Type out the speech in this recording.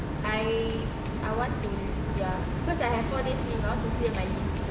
I I want to ya because I have four days leave mah I want to clear my leave